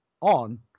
on